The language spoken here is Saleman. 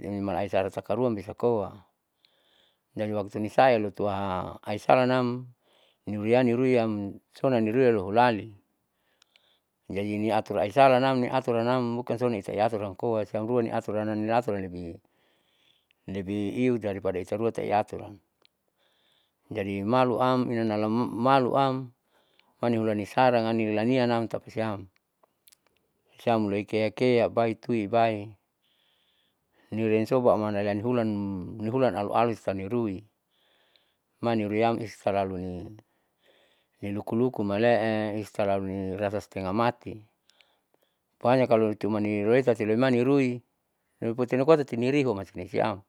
ninimala aisala takaruan bisa koa. jadi waktu nisaya lotoaa aisalanam niuraninuryam sonanniruaroholali, jadi ni atur aisalanam niataur anam bukan sonitaiyatur amkoa siamruam niataurana niatur lebih lebih iyudaripada itarua tiaturam jadi malu am inanala malu am panihulani sarang anilaniannam tapasiam. siam mulai keakea baitui bai niriumsopa amannanalihulam nihulan alualus taniarui mani ruiyam istalalu ni nilukuluku male'e talaluni rasa stengah mati, pohanya kalo cumin riueta loimainirui ruiputinikoa tatinirihuamasinisiam.